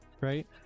right